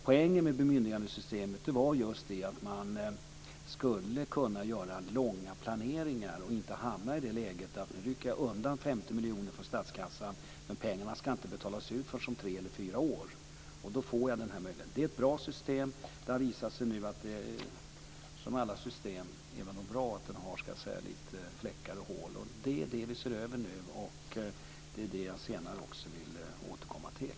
Poängen med bemyndigandesystemet var just att man skulle kunna göra långa planeringar och inte hamna i det läget att man rycker undan 50 miljoner från statskassan, men pengarna ska inte betalas ut förrän om tre eller fyra år. Då får jag den här möjligheten. Det är ett bra system. Det har visat sig nu att det som alla system, även de bra, har några fläckar och hål. Det är det vi ser över nu. Det är också det jag senare vill återkomma till.